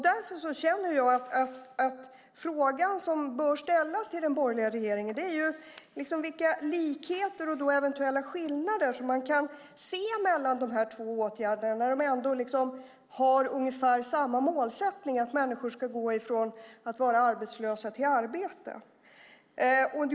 Därför känner jag att den fråga som bör ställas till den borgerliga regeringen är vilka likheter och eventuella skillnader som man kan se mellan dessa två åtgärder när de har ungefär samma målsättning, nämligen att människor ska gå från att vara arbetslösa till att ha ett arbete.